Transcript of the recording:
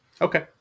Okay